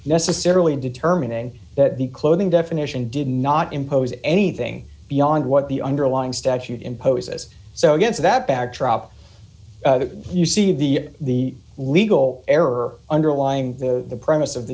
necessarily in determining that the clothing definition did not impose anything beyond what the underlying statute imposes so against that backdrop you see the legal error underlying the premise of the